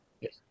Yes